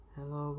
Hello